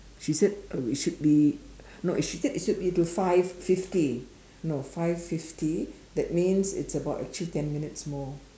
she said uh we should be no she said it should be to five fifty no five fifty that means it's about actually ten minutes more